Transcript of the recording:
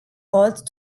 called